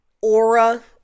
aura